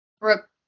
Brooke